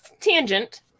tangent